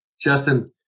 Justin